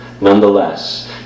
Nonetheless